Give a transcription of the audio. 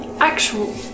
actual